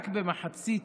רק במחצית